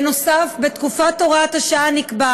נוסף על כך, בתקופת הוראת השעה נקבע